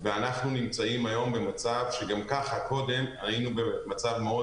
ואנחנו נמצאים היום במצב שגם ככה קודם היינו במצב מאוד